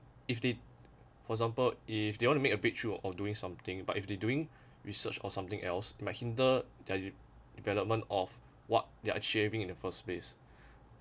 if theyd~ for example if you they wanna make a breakthrough of doing something but if they're doing research or something else might hinder their development of what they're achieving in the first place